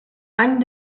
any